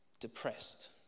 depressed